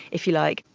if you like.